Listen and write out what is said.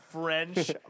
French